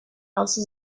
also